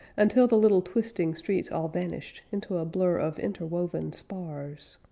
until the little twisting streets all vanished into a blur of interwoven spars.